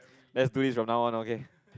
let's do this from now on okay